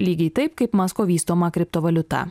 lygiai taip kaip masko vystoma kriptovaliuta